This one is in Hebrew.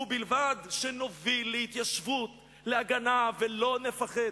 ובלבד שנוביל להתיישבות, להגנה, ולא נפחד.